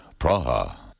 Praha